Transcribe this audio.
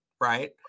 right